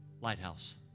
Lighthouse